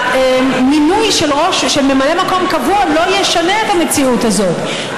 המינוי של ממלא מקום קבוע לא ישנה את המציאות הזאת,